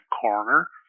corner